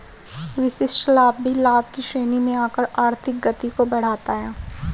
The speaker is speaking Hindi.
विशिष्ट लाभ भी लाभ की श्रेणी में आकर आर्थिक गति को बढ़ाता है